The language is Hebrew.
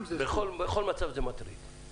בכל מצב זה מטריד.